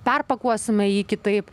perpakuosime jį kitaip